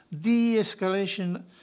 de-escalation